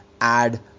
add